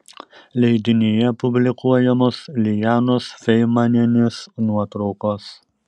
leidinyje publikuojamos lijanos feimanienės nuotraukos